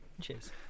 Cheers